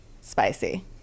spicy